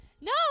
No